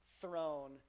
throne